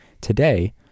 Today